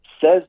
says